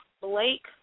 Blake